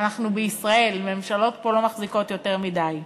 אנחנו בישראל, ממשלות פה לא מחזיקות יותר מדי.